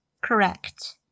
correct